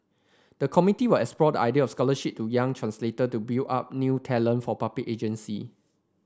the committee were explore the idea scholarship to young translator to build up new talent for public agency